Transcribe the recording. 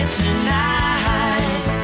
tonight